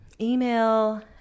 email